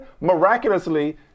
Miraculously